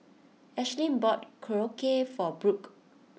Ashlynn bought Korokke for Brook